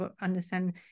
understand